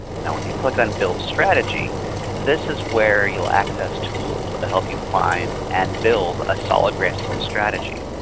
now when you click on build strategy this is where you'll access tools that will help you find and build a solid grant seeking strategy.